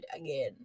again